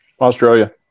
Australia